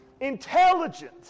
intelligent